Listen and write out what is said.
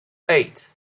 eight